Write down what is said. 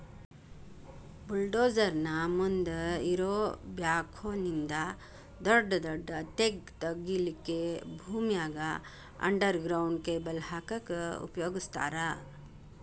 bulldozer ನ ಮುಂದ್ ಇರೋ ಬ್ಯಾಕ್ಹೊ ನಿಂದ ದೊಡದೊಡ್ಡ ತೆಗ್ಗ್ ತಗಿಲಿಕ್ಕೆ ಭೂಮ್ಯಾಗ ಅಂಡರ್ ಗ್ರೌಂಡ್ ಕೇಬಲ್ ಹಾಕಕ್ ಉಪಯೋಗಸ್ತಾರ